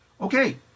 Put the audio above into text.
okay